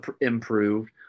improved